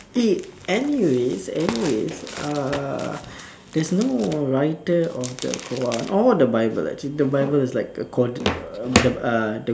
eh anyways anyways uh there's no writer of the Quran or the Bible actually the Bible is like a cor~ uh